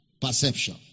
Perception